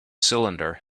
cylinder